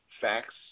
facts